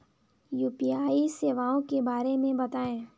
UPI सेवाओं के बारे में बताएँ?